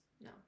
No